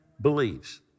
believes